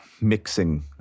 mixing